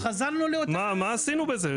מה עשינו בזה?